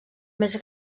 més